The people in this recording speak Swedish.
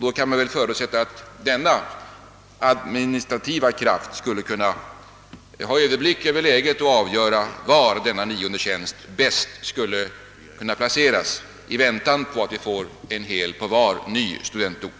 Då kan man väl förutsätta att denna administrativa kraft har överblick över läget och kan avgöra var den nionde tjänsten bör vara placerad i väntan på att vi får en hel tjänst på varje universitetsort.